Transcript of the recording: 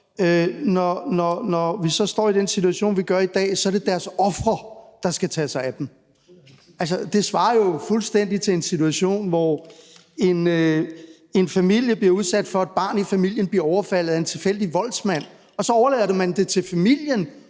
og vi så står i den situation, vi står i i dag, er det deres ofre, der skal tage sig af dem. Altså, det svarer jo fuldstændig til den situation, hvor en familie bliver udsat for, at et barn i familien bliver overfaldet af en tilfældig voldsmand og man så overlader det til familien